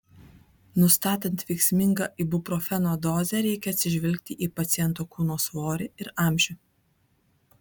nustatant veiksmingą ibuprofeno dozę reikia atsižvelgti į paciento kūno svorį ir amžių